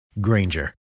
Granger